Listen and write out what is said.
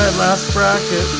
last bracket.